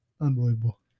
Unbelievable